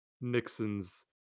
Nixon's